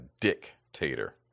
dictator